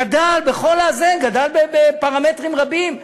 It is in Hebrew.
גדל בפרמטרים רבים.